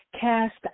cast